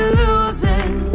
losing